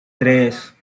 tres